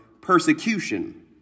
persecution